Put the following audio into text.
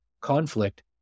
conflict